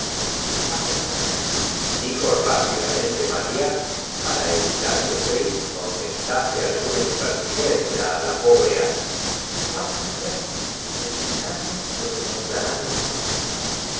vamos á ver dijo rápidamente maría una fortaleza cori sus correspondientes para evitar que fritz contestase alguna soldados para guardarla con cañones impertinencia á la pobre aya vamos á ver para defenderla y cou enemigos que la si adivinamos lo que nos darán los